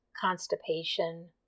constipation